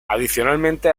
adicionalmente